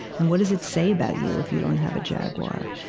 and what does it say about you if you don't have a jaguar?